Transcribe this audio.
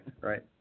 right